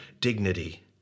dignity